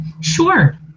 Sure